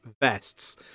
vests